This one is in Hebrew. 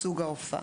סוג ההופעה.